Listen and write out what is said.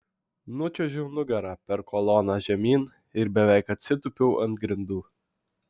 nučiuožiau nugara per koloną žemyn ir beveik atsitūpiau ant grindų